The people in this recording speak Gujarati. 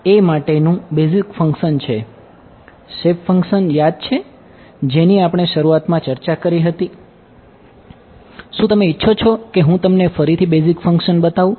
એ એલિમેન્ટ બતાવું